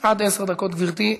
עד עשר דקות, גברתי.